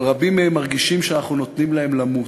אבל רבים מהם מרגישים שאנחנו נותנים להם למות,